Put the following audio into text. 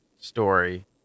story